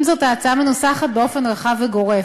עם זאת, ההצעה מנוסחת באופן רחב וגורף.